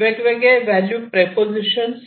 वेगवेगळे value propositions